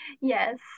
Yes